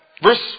Verse